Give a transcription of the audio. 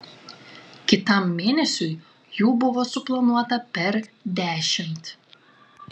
kitam mėnesiui jų buvo suplanuota per dešimt